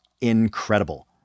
incredible